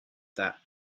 that